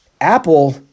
Apple